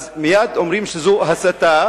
אז מייד אומרים שזו הסתה